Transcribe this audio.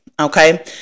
Okay